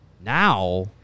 now